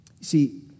See